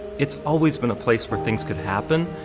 it's always been a place where things could happen.